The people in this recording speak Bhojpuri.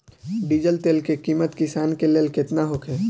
डीजल तेल के किमत किसान के लेल केतना होखे?